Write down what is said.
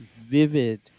vivid